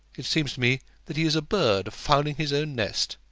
it seems to me that he is a bird fouling his own nest.